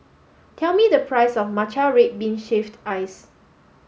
tell me the price of Matcha Red Bean Shaved Ice